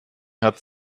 hat